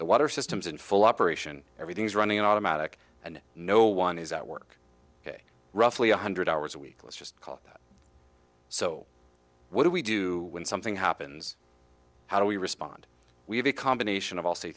the water systems in full operation everything's running on automatic and no one is at work roughly one hundred hours a week let's just call that so what do we do when something happens how do we respond we have a combination of all